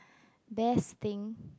best thing